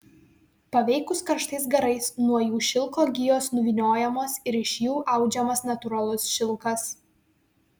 paveikus karštais garais nuo jų šilko gijos nuvyniojamos ir iš jų audžiamas natūralus šilkas